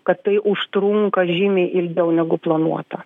kad tai užtrunka žymiai ilgiau negu planuota